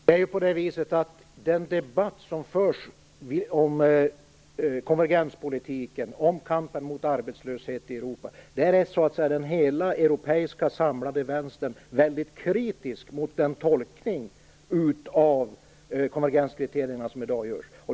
Herr talman! När det gäller den debatt som förs om konvergenspolitiken och om kampen mot arbetslöshet i Europa är hela den samlade europeiska vänstern kritisk mot den tolkning av konvergenskriterierna som i dag görs.